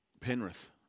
Penrith